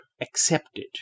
accepted